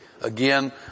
Again